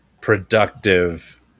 productive